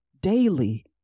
daily